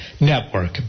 Network